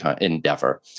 endeavor